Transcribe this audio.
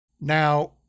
Now